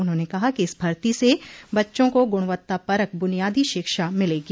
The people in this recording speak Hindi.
उन्होंने कहा कि इस भर्ती से बच्चों को गुणवत्तापरक बुनियादी शिक्षा मिलेगी